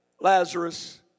Lazarus